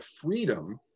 freedom